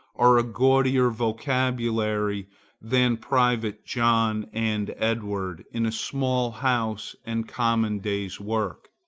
are a gaudier vocabulary than private john and edward in a small house and common day's work